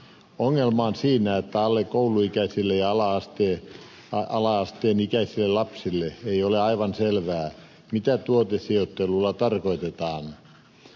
ongelma on siinä että alle kouluikäisille ja ala asteikäisille lapsille ei ole aivan selvää mitä tuotesijoittelulla tarkoitetaan